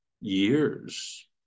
years